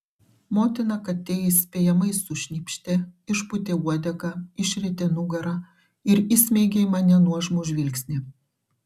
motina katė įspėjamai sušnypštė išpūtė uodegą išrietė nugarą ir įsmeigė į mane nuožmų žvilgsnį